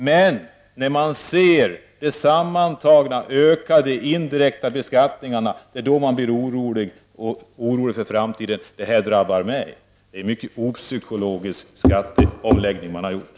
Men det är när man ser de sammantagna, ökade indirekta beskattningarna som man blir orolig för framtiden och säger: ”Det här drabbar mig.” Det är en mycket opsykologisk skatteomläggning som har föreslagits.